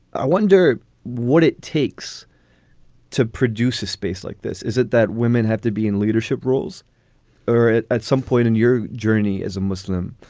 i wonder what it takes to produce a space like this. is it that women have to be in leadership roles or at some point in your journey as a muslim?